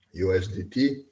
USDT